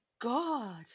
god